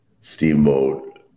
Steamboat